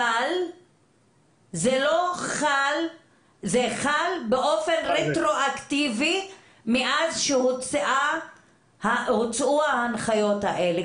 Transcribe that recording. אבל זה חל באופן רטרואקטיבי מאז שהוצאו ההנחיות האלה.